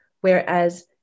whereas